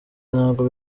ntabwo